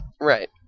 Right